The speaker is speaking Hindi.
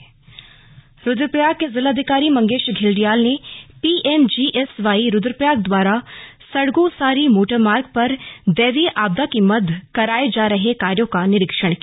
सड़क निरीक्षण रुद्रप्रयाग के जिलाधिकारी मंगेश धिल्डियाल ने पीएमजीएसवाई रूद्रप्रयाग द्वारा सणगू सारी मोटर मार्ग पर दैवीय आपदा से कराये जा रहे कार्यों का निरीक्षण किया